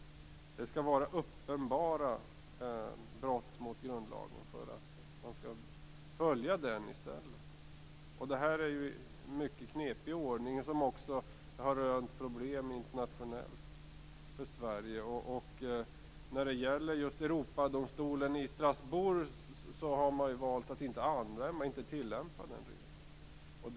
Det skall vara uppenbara brott mot grundlagen för att man skall följa den i stället. Det är en mycket knepig ordning, som också har skapat problem för Sverige internationellt. Europadomstolen i Strasbourg har valt att inte tillämpa den regeln.